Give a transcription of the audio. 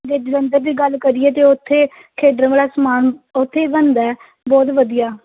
ਜੇ ਜਲੰਧਰ ਦੀ ਗੱਲ ਕਰੀਏ ਤਾਂ ਉੱਥੇ ਖੇਡਣ ਵਾਲਾ ਸਮਾਨ ਉੱਥੇ ਹੀ ਬਣਦਾ ਬਹੁਤ ਵਧੀਆ